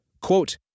Quote